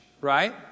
right